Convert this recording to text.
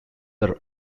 are